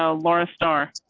ah laura starr